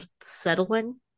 settling